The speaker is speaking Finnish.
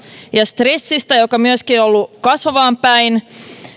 ja stressistä jotka myöskin ovat olleet kasvamaan päin